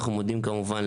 כמובן,